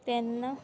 ਤਿੰਨ